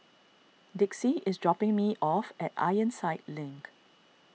Dixie is dropping me off at Ironside Link